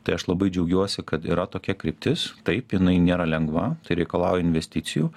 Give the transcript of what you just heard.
tai aš labai džiaugiuosi kad yra tokia kryptis taip jinai nėra lengva tai reikalauja investicijų